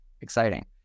exciting